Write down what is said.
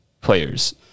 players